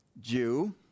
Jew